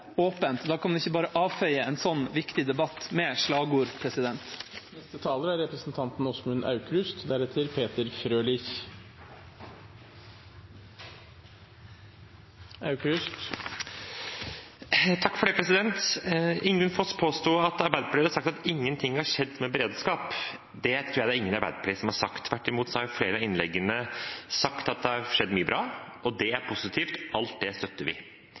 åpent. Da kan vi ikke bare avfeie en slik viktig debatt med et slagord. Ingunn Foss påsto at Arbeiderpartiet har sagt at ingenting har skjedd med beredskap. Det tror jeg ingen i Arbeiderpartiet har sagt. Tvert imot har man i flere av innleggene sagt at det har skjedd mye bra, og det er positivt. Alt det støtter vi.